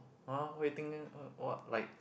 !huh! why you think eh uh what like